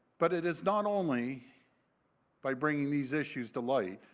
but, it is not only by bringing these issues to light,